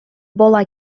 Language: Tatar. бала